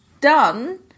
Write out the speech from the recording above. done